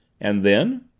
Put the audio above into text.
and then?